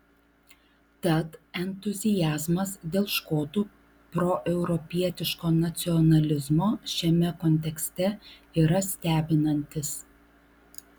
tad entuziazmas dėl škotų proeuropietiško nacionalizmo šiame kontekste yra stebinantis